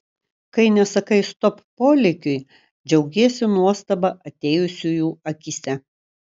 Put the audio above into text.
kai nesakai stop polėkiui džiaugiesi nuostaba atėjusiųjų akyse